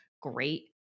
great